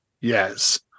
Yes